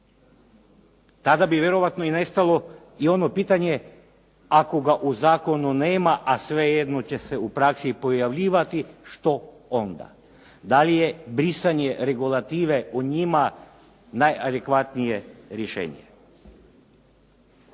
Tada bi vjerojatno i nestalo i ono pitanje ako ga u zakonu nema, a svejedno će se u praksi pojavljivati, što onda. Da li je brisanje regulative o njima najadekvatnije rješenje?